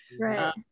right